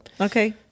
Okay